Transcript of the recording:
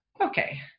Okay